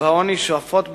בעוני שואפות,